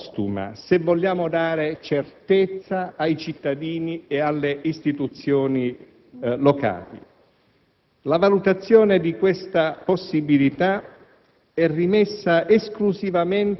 la cosiddetta VIA postuma, se vogliamo dare certezza ai cittadini e alle istituzioni locali. La valutazione di questa possibilità